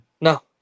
No